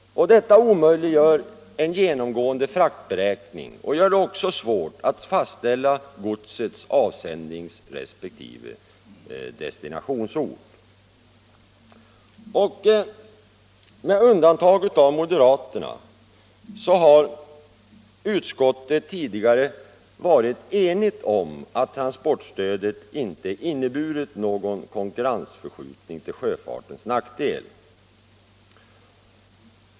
Detta omöjliggör en genomgående fraktberäkning och gör det också svårt att fastställa godsets avsändningsresp. destinationsort. Med undantag för moderaterna har utskottet tidigare varit enigt om att transportstödet inte har inneburit någon konkurrensförskjutning till sjöfartens nackdel.